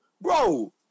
Bro